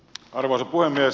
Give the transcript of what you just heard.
arvoisa puhemies